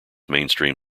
mainstream